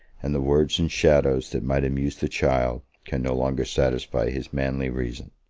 and the words and shadows that might amuse the child can no longer satisfy his manly reason.